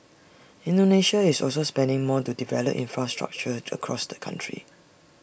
Indonesia is also spending more to develop infrastructure across the country